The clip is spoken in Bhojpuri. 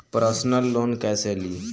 परसनल लोन कैसे ली?